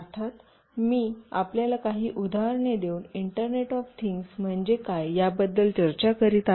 अर्थात मी आपल्याला काही उदाहरणे देऊन इंटरनेट ऑफ थिंग्स म्हणजे काय याबद्दल चर्चा करीत आहे